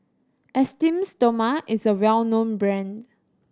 Esteem Stoma is a well known brand